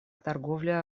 торговле